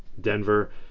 Denver